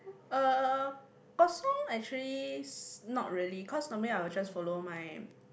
uh kosong actually s~ not really cause normally I will just follow my